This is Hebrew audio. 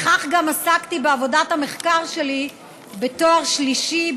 בכך גם עסקתי בעבודת המחקר שלי בתואר שלישי,